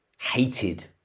hated